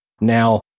now